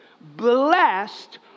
Blessed